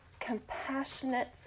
compassionate